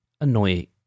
annoy